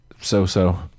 So-So